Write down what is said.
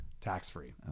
tax-free